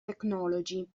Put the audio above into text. technology